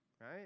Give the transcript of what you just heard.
right